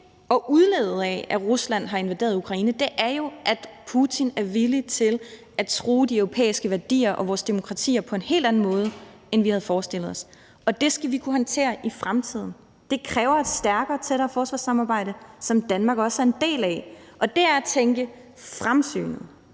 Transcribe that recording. og udlede af, at Rusland har invaderet Ukraine, er jo, at Putin er villig til at true de europæiske værdier og vores demokratier på en helt anden måde, end vi havde forestillet os. Og det skal vi kunne håndtere i fremtiden. Det kræver et stærkere og tættere forsvarssamarbejde, som Danmark også er en del af, og det er at tænke fremsynet,